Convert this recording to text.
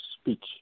speech